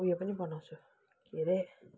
उयो पनि बनाउँछु के अरे